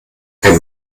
ein